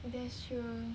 that's true